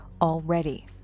already